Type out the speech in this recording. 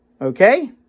okay